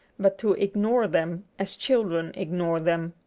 but to ignore them as children ignore them.